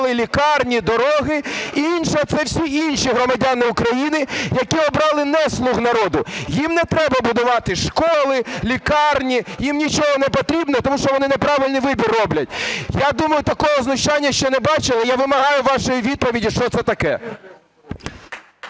школи, лікарні, дороги; інший – це всі інші громадяни України, які обрали не "слуг народу", їм не треба будувати школи, лікарні, їм нічого не потрібно, тому що вони неправильний вибір роблять. Я думаю, такого знущання ще не бачили. Я вимагаю вашої відповіді, що це таке.